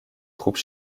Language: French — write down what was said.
troupes